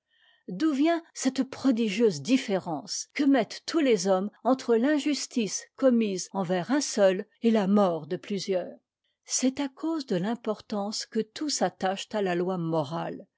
d'où vient cette prodigieuse différence que mettent tous les hommes entre l'injustice commise envers un seul et la mort de plusieurs c'est à cause de l'importance que tous attachent à la loi morale